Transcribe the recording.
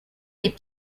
les